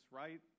right